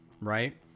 Right